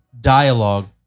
dialogue